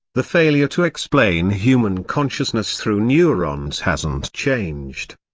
the failure to explain human consciousness through neurons hasn't changed.